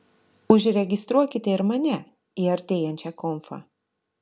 užregistruokite ir mane į artėjančią konfą